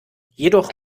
jedoch